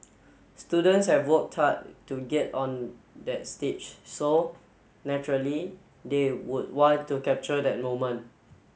students have work tar to get on that stage so naturally they would want to capture that moment